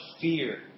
fear